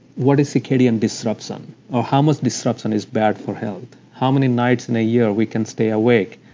what is circadian disruption or how much disruption is bad for health? how many nights in a year we can stay awake?